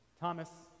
Thomas